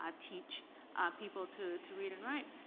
ah teach people to to read and write.